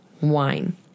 wine